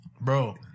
Bro